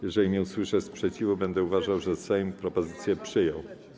Jeżeli nie usłyszę sprzeciwu, będę uważał, że Sejm propozycję przyjął.